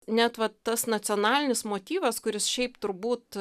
net va tas nacionalinis motyvas kuris šiaip turbūt